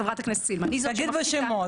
חברת הכנסת סילמן היא זאת --- תגידי שמות.